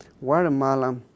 Guatemala